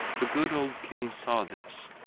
the good old king saw this